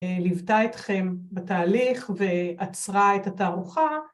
‫ליוותה אתכם בתהליך ‫ואצרה את התערוכה.